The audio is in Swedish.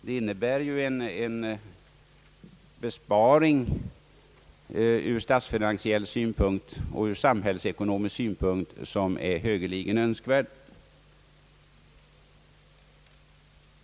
Det innebär ju en besparing ur statsfinansiell synpunkt och ur samhällsekonomisk synpunkt, som är högeligen önskvärd.